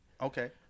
Okay